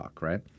right